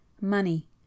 money